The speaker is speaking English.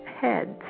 heads